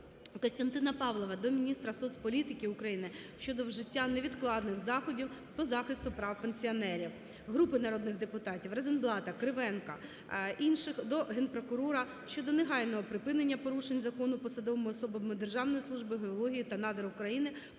Костянтина Павлова до міністра соціальної політики України щодо вжиття невідкладних заходів по захисту прав пенсіонерів. Групи народних депутатів (Розенблата, Кривенка, інших) до Генпрокурора щодо негайного припинення порушень закону посадовими особами Державної служби геології та надр України